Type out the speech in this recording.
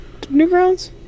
Newgrounds